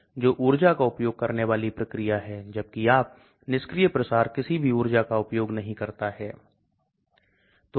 इसलिए आपके द्वारा उपयोग किए जाने वाले सॉफ्टवेयर्स के आधार पर आपको अलग अलग उत्तर मिल सकते हैं